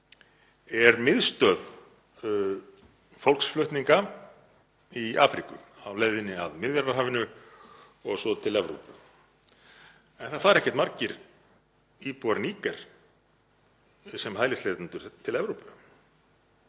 er miðstöð fólksflutninga í Afríku á leiðinni að Miðjarðarhafinu og svo til Evrópu. En það fara ekkert margir íbúar Níger sem hælisleitendur til Evrópu.